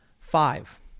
five